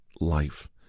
life